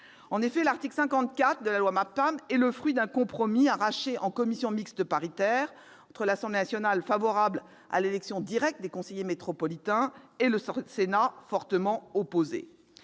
du RDSE. L'article 54 de la loi MAPTAM est en effet le fruit d'un compromis arraché en commission mixte paritaire, l'Assemblée nationale étant favorable à l'élection directe des conseillers métropolitains et le Sénat y étant fortement opposé.